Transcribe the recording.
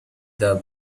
the